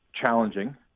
challenging